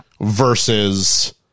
Versus